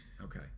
Okay